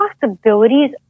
possibilities